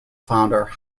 founder